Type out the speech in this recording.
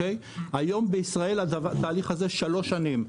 היום בישראל התהליך הזה שלוש שנים,